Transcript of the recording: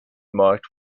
marked